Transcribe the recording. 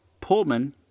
Pullman